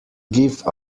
give